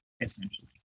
essentially